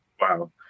wow